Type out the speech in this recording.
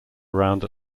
around